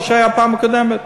מה שהיה בפעם הקודמת.